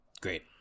Great